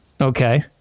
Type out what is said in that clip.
Okay